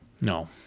No